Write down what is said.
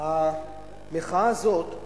המחאה הזאת,